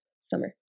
summer